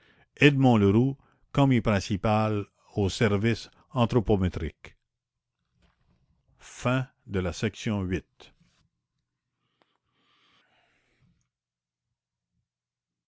brigade de fer édouard leroux commis principal au service anthropométrique